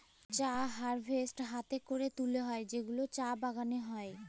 চা হারভেস্ট হ্যাতে ক্যরে তুলে হ্যয় যেগুলা চা বাগালে হ্য়য়